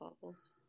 bubbles